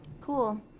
cool